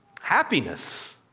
happiness